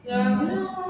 mm